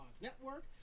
Network